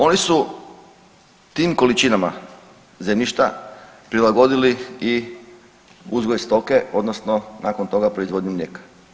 Oni su tim količinama zemljišta prilagodili i uzgoj stoke odnosno nakon toga proizvodnju mlijeka.